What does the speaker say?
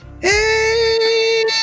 hey